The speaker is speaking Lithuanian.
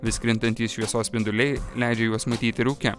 vis krintantys šviesos spinduliai leidžia juos matyti rūke